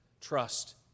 trust